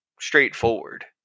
straightforward